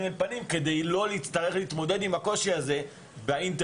אל פנים כדי לא להצטרך להתמודד עם הקושי הזה באינטרנט,